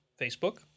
Facebook